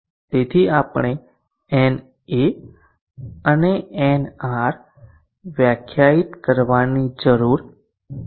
તેથી આપણે na અને nr વ્યાખ્યાયિત કરવાની જરૂર છે